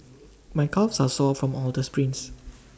my calves are sore from all the sprints